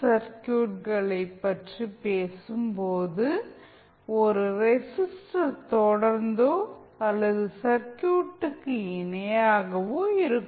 சர்க்யூட்களை பற்றி பேசும்போது ஒரு ரெசிஸ்டர் தொடர்ந்தோ அல்லது சர்க்யூட்டுக்கு இணையாகவோ இருக்கும்